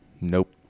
Nope